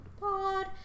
Pod